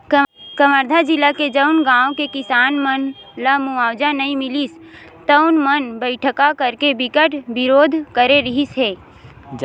कवर्धा जिला के जउन गाँव के किसान मन ल मुवावजा नइ मिलिस तउन मन बइठका करके बिकट बिरोध करे रिहिस हे